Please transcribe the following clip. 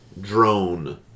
drone